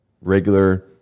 regular